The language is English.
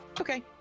Okay